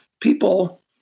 people